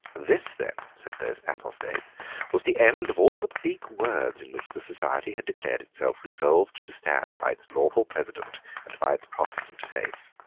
this then, said those apostates, was the end of all the big words in which the society had declared itself resolved to stand by its lawful president and by its protestant faith.